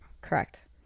correct